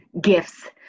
gifts